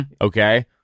okay